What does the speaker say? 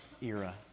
era